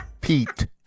Pete